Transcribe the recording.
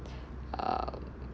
um